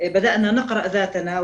החלנו לקרוא את עצמנו,